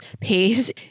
pays